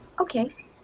Okay